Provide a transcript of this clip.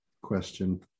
Question